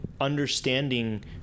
understanding